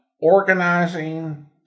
Organizing